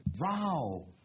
Wow